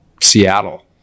Seattle